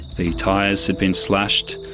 the tyres had been slashed.